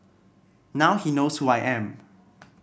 now he knows who I am